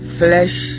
flesh